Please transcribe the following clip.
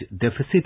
deficit